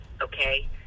okay